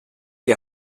die